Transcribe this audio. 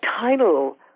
title